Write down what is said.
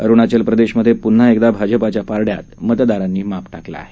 अरुणाचल प्रदेशमधे पुन्हा एकदा भाजपाच्या पारडयात मतदारांनी माप टाकलं आहे